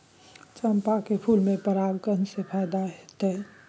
चंपा के फूल में परागण से फायदा होतय?